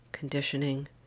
Conditioning